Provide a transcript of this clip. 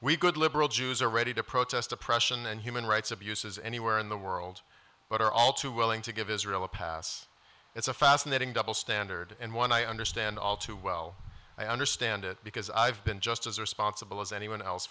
we good liberal jews are ready to protest oppression and human rights abuses anywhere in the world but are all too willing to give israel a pass it's a fascinating double standard and one i understand all too well i understand it because i've been just as responsible as anyone else